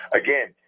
again